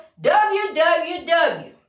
www